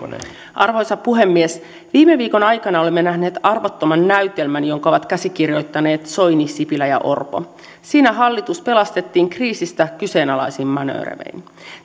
arvoisa puhemies viime viikon aikana olemme nähneet arvottoman näytelmän jonka ovat käsikirjoittaneet soini sipilä ja orpo siinä hallitus pelastettiin kriisistä kyseenalaisin manööverein